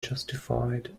justified